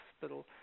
hospital